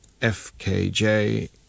fkj